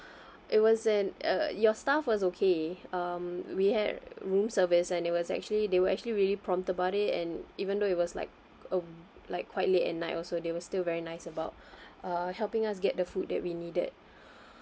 it wasn't uh your staff was okay um we had room service and it was actually they were actually really prompt about it and even though it was like uh like quite late at night also they were still very nice about uh helping us get the food that we needed